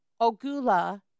Ogula